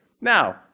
Now